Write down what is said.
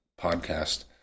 podcast